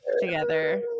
together